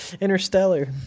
Interstellar